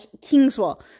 kingswell